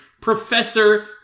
Professor